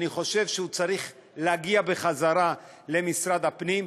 אני חושב שהוא צריך להגיע בחזרה למשרד הפנים,